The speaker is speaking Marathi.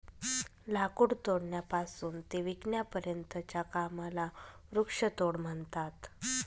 लाकूड तोडण्यापासून ते विकण्यापर्यंतच्या कामाला वृक्षतोड म्हणतात